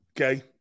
Okay